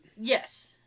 yes